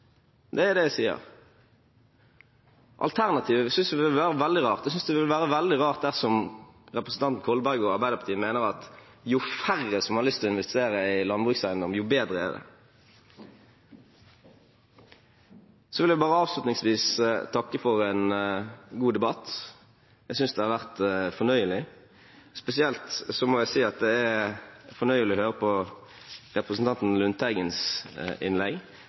Det er det jeg sier. Alternativet synes jeg vil være veldig rart. Jeg synes det vil være veldig rart dersom representanten Kolberg og Arbeiderpartiet mener at jo færre som har lyst til å investere i landbrukseiendom, jo bedre er det. Så vil jeg bare avslutningsvis takke for en god debatt. Jeg synes det har vært fornøyelig. Spesielt må jeg si det er fornøyelig å høre på representanten Lundteigens innlegg.